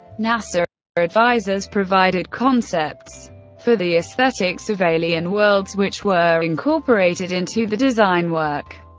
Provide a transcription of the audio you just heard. nasa advisers provided concepts for the aesthetics of alien worlds which were incorporated into the design work.